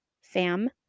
fam